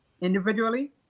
individually